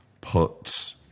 put